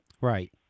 Right